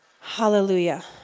Hallelujah